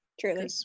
truly